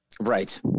Right